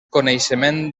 coneixement